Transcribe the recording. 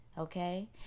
Okay